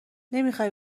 نمیخوای